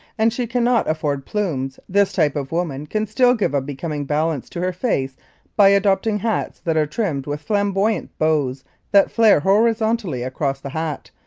and she can not afford plumes, this type of woman can still give a becoming balance to her face by adopting hats that are trimmed with flamboyant bows that flare horizontally across the hat,